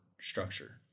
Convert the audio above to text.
structure